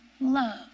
love